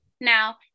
Now